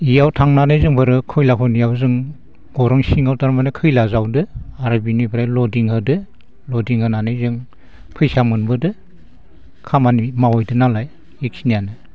इयाव थांनानै जोंफोरो खयला खनियाव जों गरं सिङाव थारमाने खैला जावदो आरो बिनिफ्राय लडिं होदो लडिं होनानै जों फैसा मोनबोदो खामानि मावहैदोनालाय एखिनियानो